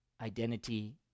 identity